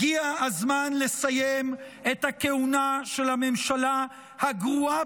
הגיע הזמן לסיים את הכהונה של הממשלה הגרועה